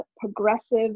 Progressive